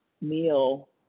meal